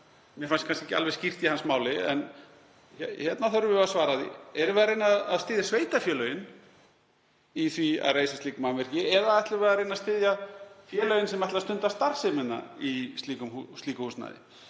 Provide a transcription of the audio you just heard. Mér fannst það kannski ekki alveg skýrt í hans máli en hérna þurfum við að svara því: Erum við að reyna að styðja sveitarfélögin í því að reisa slík mannvirki eða ætlum við að reyna að styðja félögin sem ætla að stunda starfsemina í slíku húsnæði?